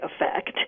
effect